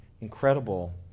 incredible